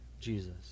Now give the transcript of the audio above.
Jesus